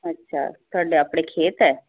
ਅੱਛਾ ਤੁਹਾਡੇ ਆਪਣੇ ਖੇਤ ਹੈ